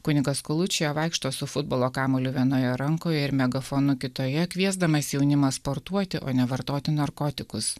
kunigas vaikšto su futbolo kamuoliu vienoje rankoje ir megafonu kitoje kviesdamas jaunimą sportuoti o ne vartoti narkotikus